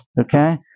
okay